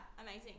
amazing